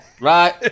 right